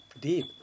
deep